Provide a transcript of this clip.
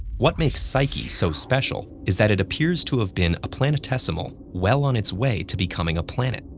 what makes psyche so special is that it appears to have been a planetesimal well on its way to becoming a planet,